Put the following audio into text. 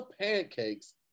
pancakes